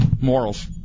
Morals